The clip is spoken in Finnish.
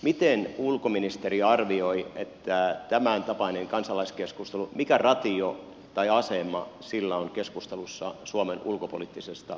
miten ulkoministeri arvioi tämäntapaista kansalaiskeskustelua mikä ratio tai asema sillä on keskustelussa suomen ulkopoliittisesta linjasta